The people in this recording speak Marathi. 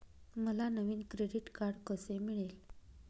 मला नवीन क्रेडिट कार्ड कसे मिळेल?